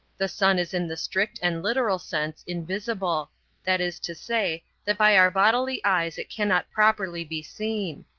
the sun is in the strict and literal sense invisible that is to say, that by our bodily eyes it cannot properly be seen.